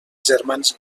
germans